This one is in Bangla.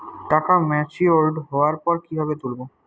টাকা ম্যাচিওর্ড হওয়ার পর কিভাবে তুলব?